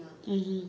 mmhmm